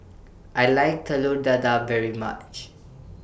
I like Telur Dadah very much